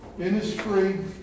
Industry